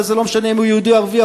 לא משנה אם הוא יהודי או ערבי,